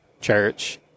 church